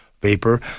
vapor